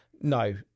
No